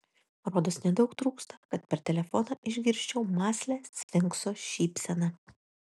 rodos nedaug trūksta kad per telefoną išgirsčiau mąslią sfinkso šypseną